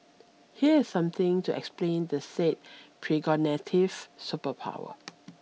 here is something to explain the said precognitive superpower